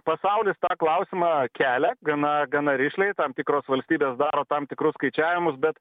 pasaulis tą klausimą kelia gana gana rišliai tam tikros valstybės daro tam tikrus skaičiavimus bet